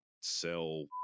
sell